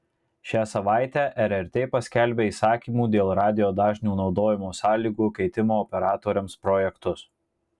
šią savaitę rrt paskelbė įsakymų dėl radijo dažnių naudojimo sąlygų keitimo operatoriams projektus